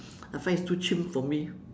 I find it's too chim for me